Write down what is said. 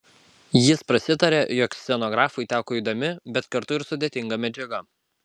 jis prasitarė jog scenografui teko įdomi bet kartu ir sudėtinga medžiaga